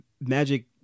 magic